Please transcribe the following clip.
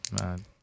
Man